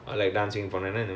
uh okay K